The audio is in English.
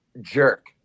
jerk